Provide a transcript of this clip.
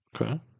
Okay